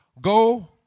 go